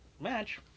match